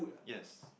yes